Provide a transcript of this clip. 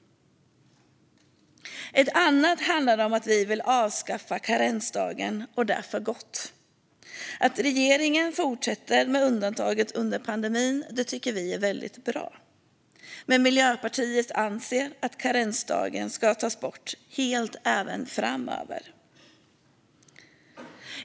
Ett annat förslag handlar om att vi vill avskaffa karensdagen för gott. Att regeringen fortsätter med undantaget under pandemin tycker vi är väldigt bra, men Miljöpartiet anser att karensdagen ska tas bort helt även framöver.